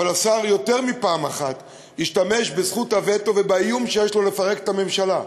אבל השר השתמש יותר מפעם אחת בזכות הווטו ובאיום שיש לו לפרק את הממשלה.